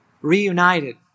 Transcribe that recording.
reunited